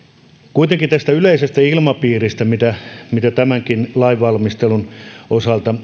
kuitenkin tässä yleisessä ilmapiirissä tämänkin lain valmistelun osalta